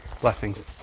Blessings